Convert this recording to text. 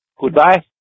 Goodbye